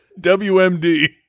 wmd